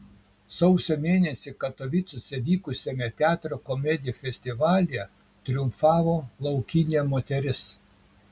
sausio mėnesį katovicuose vykusiame teatro komedijų festivalyje triumfavo laukinė moteris